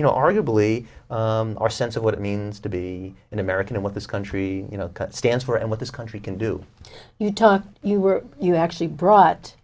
you know arguably our sense of what it means to be an american and what this country stands for and what this country can do you talk you were you actually brought